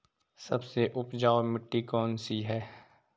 सबसे उपजाऊ मिट्टी कौन सी है?